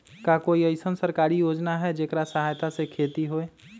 का कोई अईसन सरकारी योजना है जेकरा सहायता से खेती होय?